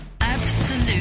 Absolute